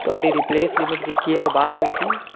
तुआढ़ी रिपलेसमैंट जेह्की ऐ ओह् बाह्र होई दी